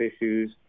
issues